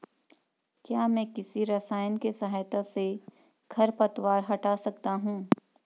क्या मैं किसी रसायन के सहायता से खरपतवार हटा सकता हूँ?